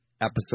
episode